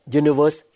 universe